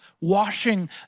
washing